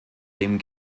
dem